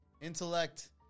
Intellect